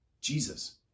Jesus